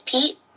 Pete